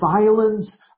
violence